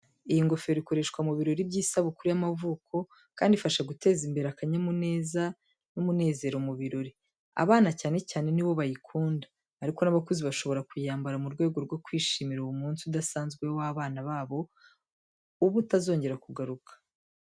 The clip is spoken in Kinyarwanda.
Iyi ngofero ikoreshwa mu birori by’isabukuru y’amavuko, kandi ifasha guteza imbere akanyamuneza n'umunezero mu birori. Abana cyane cyane ni bo bayikunda, ariko n’abakuze bashobora kuyambara mu rwego rwo kwishimira uwo munsi udasanzwe w'abana babo uba utazongera kugaruka.